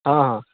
हँ हँ